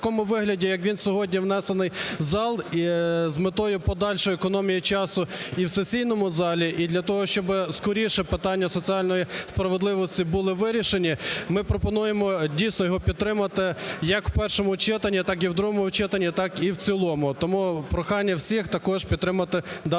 В такому вигляді, як він сьогодні внесений в зал з метою подальшої економії часу і в сесійному залі, і для того, щоб скоріше питання соціальної справедливості були вирішені, ми пропонуємо дійсно його підтримати як у першому читанні, так і в другому читанні, так і в цілому. Тому прохання всіх також підтримати даний